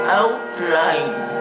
outline